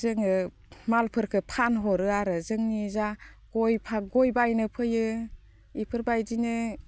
जोङो मालफोरखौ फानहरो आरो जोंनि जा गय बायनो फैयो बेफोरबायदिनो